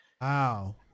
Wow